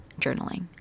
journaling